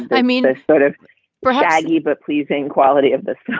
i mean, i sort of braggy, but pleasing quality of the sounds.